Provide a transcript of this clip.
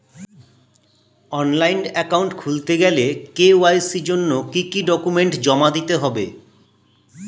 Online account খুলতে গেলে KYC জন্য কি কি ডকুমেন্ট জমা দিতে হবে?